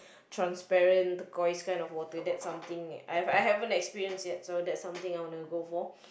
transparent turquoise kind of water that's something I I haven't experienced yet so that's something I wanna go for